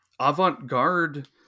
avant-garde